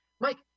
Mike